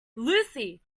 lucy